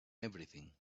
everything